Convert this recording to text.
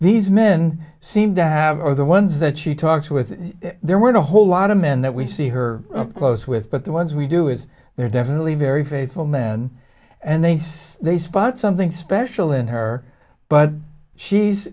these men seem to have are the ones that she talks with there weren't a whole lot of men that we see her close with but the ones we do is they're definitely very faithful man and they say they spot something special in her but she's